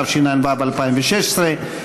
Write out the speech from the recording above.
התשע"ו 2016,